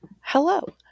hello